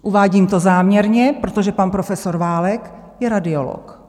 Uvádím to záměrně, protože pan profesor Válek je radiolog.